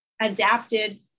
adapted